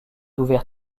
ouvert